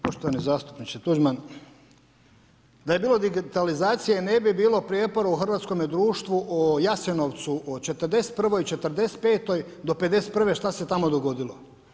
Poštovani zastupniče Tuđman, da je bilo digitalizacije ne bi bilo prijepora u hrvatskome društvu o Jasenovcu o '41. i '45. do '51 šta se tamo dogodilo.